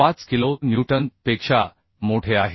5 kilo newton पेक्षा मोठे आहे